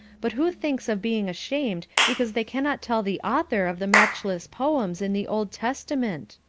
but who thinks of being ashamed because they cannot tell the author of the matchless poems in the old testament?